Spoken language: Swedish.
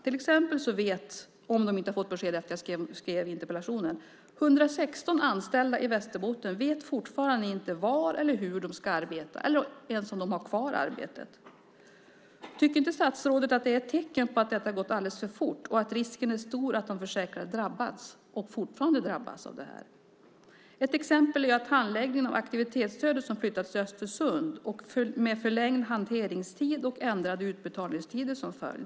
Till exempel vet 116 anställda i Västerbotten fortfarande inte, om de inte har fått besked efter det att jag skrev interpellationen, var eller hur de ska arbeta eller ens om de har kvar arbetet. Tycker inte statsrådet att det är ett tecken på att detta har gått alldeles för fort och att risken är stor att de försäkrade har drabbats och fortfarande drabbas av det här? Ett exempel gäller handläggningen av aktivitetsstödet, som flyttats till Östersund med förlängd hanteringstid och ändrade utbetalningstider som följd.